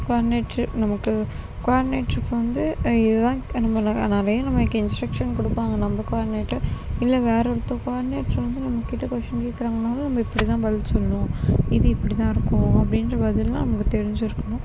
coordinator நமக்கு கோஆடினேட்டர்க்கு வந்து இது தான் நம்ம நிறைய நமக்கு இன்ஸ்ட்ரக்ஷன் கொடுப்பாங்க நம்ம குவாடினேட்டர் இல்லை வேற ஒருத்தர் குவாடினேட்டர் வந்து நம்ம கிட்ட கொஷின் கேக்கிறாங்கனாலும் நம்ம இப்படி தான் பதில் சொல்லணும் இது இப்படி தான் இருக்கும் அப்படின்ற மாதிரிலா நமக்கு தெரிஞ்சிருக்கணும்